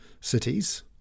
cities